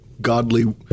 godly